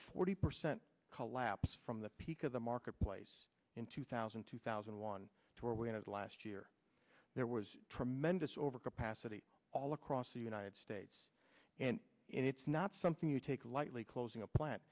forty percent collapse from the peak of the marketplace in two thousand two thousand and one two are we had last year there was tremendous overcapacity all across the united states and and it's not something you take lightly closing a plan